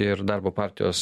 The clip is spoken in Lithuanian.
ir darbo partijos